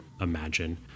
imagine